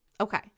Okay